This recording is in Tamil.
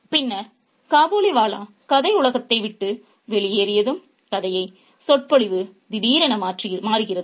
பின்னர் காபூலிவாலா கதை உலகத்தை விட்டு வெளியேறியதும் கதைச் சொற்பொழிவு திடீரென மாறுகிறது